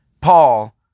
Paul